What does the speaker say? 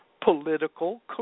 Political